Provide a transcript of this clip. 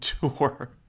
tour